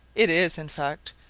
it is, in fact,